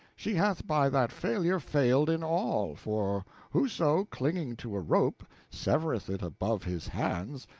she hath by that failure failed in all for whoso, clinging to a rope, severeth it above his hands,